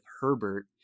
Herbert